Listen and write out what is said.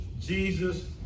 Jesus